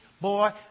boy